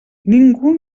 ningú